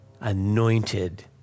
anointed